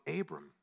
Abram